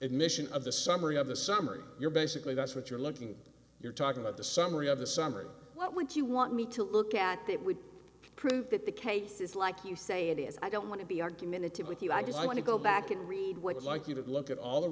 admission of the summary of the summary you're basically that's what you're looking you're talking about the summary of the summary what would you want me to look at that would prove that the case is like you say it is i don't want to be argumentative with you i just want to go back and read what it's like you could look at all the